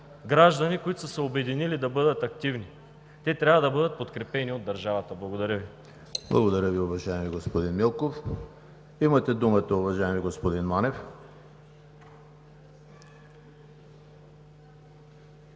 граждани, които са се обединили да бъдат активни. Те трябва да бъдат подкрепени от държавата. Благодаря Ви. ПРЕДСЕДАТЕЛ ЕМИЛ ХРИСТОВ: Благодаря Ви, уважаеми господин Милков. Имате думата, уважаеми господин Манев.